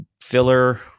filler